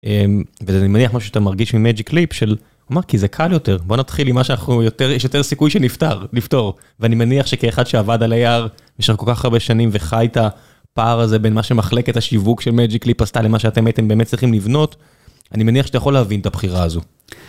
ואני מניח מה שאתה מרגיש ממאג'יק ליפ, של הוא אומר כי זה קל יותר, בוא נתחיל עם מה שאנחנו יותר, יש יותר סיכוי שנפתר, נפתור. ואני מניח שכאחד שעבד על AR, נשאר כל כך הרבה שנים וחי את הפער הזה בין מה שמחלקת השיווק של מאג'יק ליפ, עשתה למה שאתם הייתם באמת צריכים לבנות, אני מניח שאתה יכול להבין את הבחירה הזו.